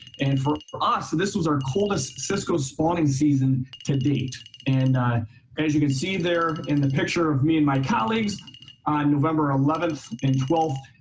and for us so this was our coldest cisco spawning season to date. and as you can see there in the picture of me and my colleagues on november eleventh and twelfth,